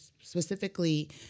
specifically